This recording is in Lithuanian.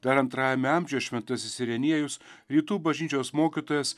dar antrajame amžiuje šventasis ireniejus rytų bažnyčios mokytojas